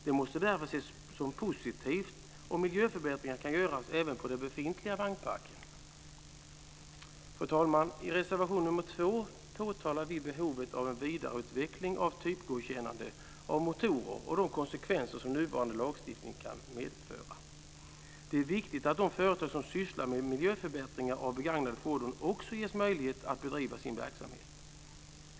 Det måste därför ses som positivt om miljöförbättringar kan göras även på den befintliga vagnparken. Fru talman! I reservation nr 2 påtalar vi behovet av en vidareutveckling av typgodkännandet av motorer och de konsekvenser som nuvarande lagstiftning kan medföra. Det är viktigt att de företag som sysslar med miljöförbättringar av begagnade fordon också ges möjlighet att bedriva sin verksamhet.